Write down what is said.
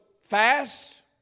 fast